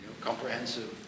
comprehensive